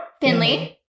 Finley